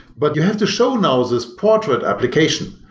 but you have to show now this portrait application.